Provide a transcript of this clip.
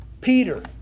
Peter